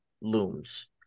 looms